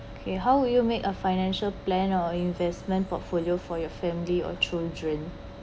okay how would you make a financial plan or investment portfolio for your family or children